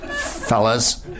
Fellas